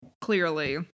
clearly